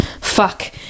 fuck